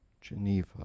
Geneva